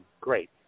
great